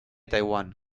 taiwan